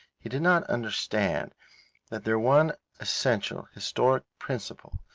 he did not understand that their one essential historical principle,